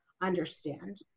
understand